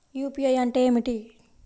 UPI అంటే ఏమిటీ?